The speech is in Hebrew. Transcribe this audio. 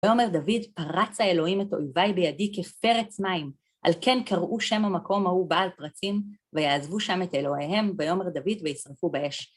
ויאמר דוד, פרץ האלוהים את אויביי בידי כפרץ מים, על כן קראו שם המקום ההוא בעל פרצים, ויעזבו שם את אלוהיהם, ויאמר דוד, וישרפו באש.